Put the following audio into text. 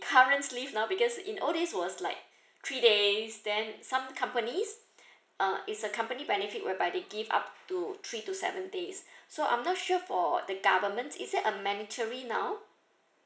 current leaves now because in old days was like three days then some companies uh it's a company benefit whereby they give up to three to seven days so I'm not sure for the government is that a mandatory now